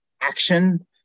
action